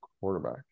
quarterback